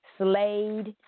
Slade